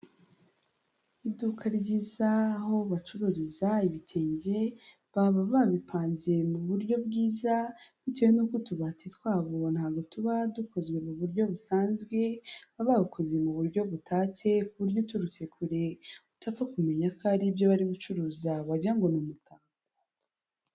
Iduka ryiza aho bacururiza ibitenge, baba babipanze mu buryo bwiza bitewe n'utubati twabo ntago tuba dukozwe mu buryo busanzwe, baba babukoze mu buryo butatse ku buryo uturutse kure utapfa kumenya ko ari ibyo bari gucuruza wagira ngo ni umutako.